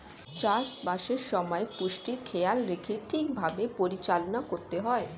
চাষ বাসের সময় পুষ্টির খেয়াল রেখে ঠিক ভাবে পরিচালনা করতে হয়